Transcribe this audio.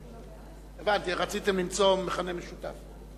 הבנתי, רציתם למצוא מכנה משותף.